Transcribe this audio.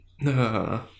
No